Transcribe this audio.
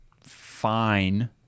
fine